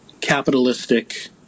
capitalistic